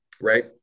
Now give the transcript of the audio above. right